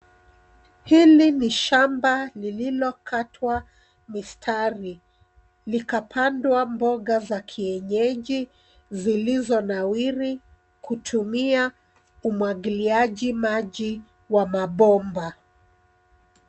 Hili ni shamba lililokatwa mistari likapandwa mboga za kienyeji zilizonawiri kutumia umwagiliaji maji wa mabomba.